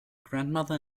grandmother